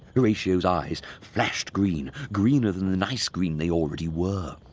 horatio's eyes flashed green, greener than the nice green they already were.